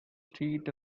street